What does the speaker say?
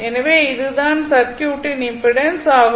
எனவே இது தான் சர்க்யூட்டின் இம்பிடன்ஸ் ஆகும்